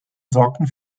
sorgten